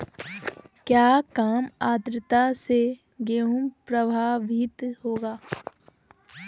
क्या काम आद्रता से गेहु प्रभाभीत होगा?